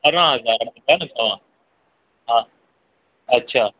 अरिड़हं हज़ार ॿुधायो न तव्हां हा अच्छा